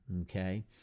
Okay